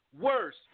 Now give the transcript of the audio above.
worse